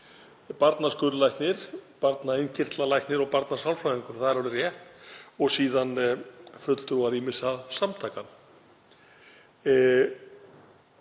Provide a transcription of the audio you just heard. barnaskurðlæknir, barnainnkirtlalæknir og barnasálfræðingur, það er alveg rétt, og síðan fulltrúar ýmissa samtaka.